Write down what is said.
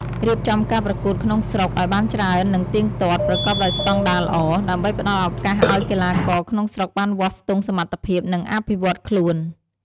រៀបចំការប្រកួតក្នុងស្រុកឱ្យបានច្រើននិងទៀងទាត់ ប្រកបដោយស្តង់ដារល្អ ដើម្បីផ្តល់ឱកាសឱ្យកីឡាករក្នុងស្រុកបានវាស់ស្ទង់សមត្ថភាព និងអភិវឌ្ឍខ្លួន។